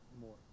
more